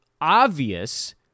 obvious